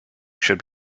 should